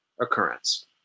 occurrence